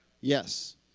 Yes